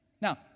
Now